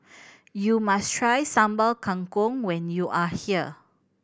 you must try Sambal Kangkong when you are here